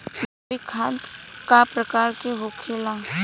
जैविक खाद का प्रकार के होखे ला?